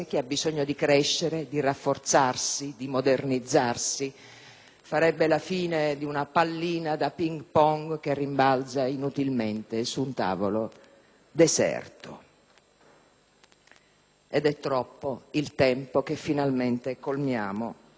farebbe la fine di una pallina da ping pong che rimbalza inutilmente su un tavolo deserto. Inoltre, è passato sin troppo tempo dal momento in cui abbiamo approvato la riforma costituzionale,